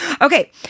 Okay